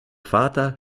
vater